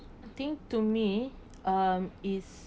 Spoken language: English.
I think to me um is